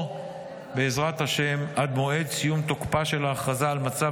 או בעזרת השם עד מועד סיום תוקפה של ההכרזה על מצב